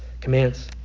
commands